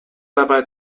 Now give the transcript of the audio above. dabei